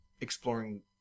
exploring